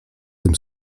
tym